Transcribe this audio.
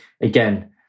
again